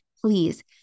please